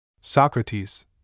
Socrates